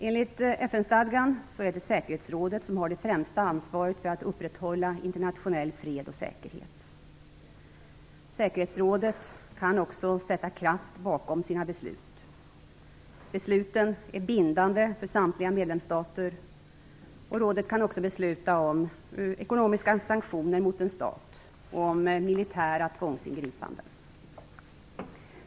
Enligt FN-stadgan är det säkerhetsrådet som har det främsta ansvaret för att upprätthålla internationell fred och säkerhet. Säkerhetsrådet kan också sätta kraft bakom sina beslut. Besluten är bindande för samtliga medlemsstater, och rådet kan också besluta om ekonomiska sanktioner mot en stat och om militära tvångsingripanden.